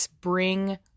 bring